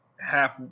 half